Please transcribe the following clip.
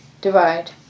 divide